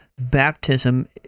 baptism